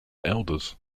elders